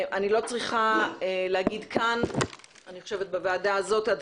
אני לא צריכה להגיד כאן אני חושבת בוועדה הזאת עד